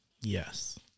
Yes